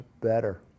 better